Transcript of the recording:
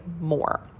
more